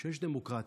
יש דמוקרטיה,